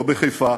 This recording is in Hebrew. לא בחיפה,